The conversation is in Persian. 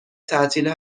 تعطیل